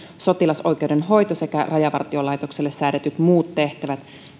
sotilasoikeudenhoito sekä rajavartiolaitokselle säädetyt muut tehtävät